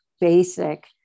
basic